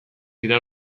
dira